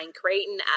Creighton